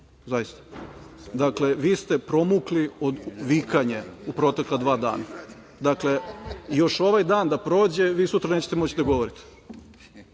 zaista. Dakle, vi ste promukli od vikanja u protekla dva dana. Dakle, još ovaj dan da prođe, vi sutra nećete moći da govorite.